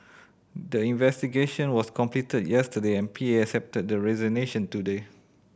the investigation was completed yesterday and P A accepted the resignation today